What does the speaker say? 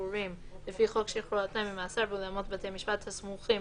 שחרורים לפי חוק שחרור על תנאי ממאסר באולמות בתי משפט הסמוכים